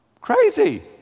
Crazy